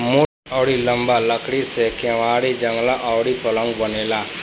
मोट अउरी लंबा लकड़ी से केवाड़ी, जंगला अउरी पलंग बनेला